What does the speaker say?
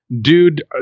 Dude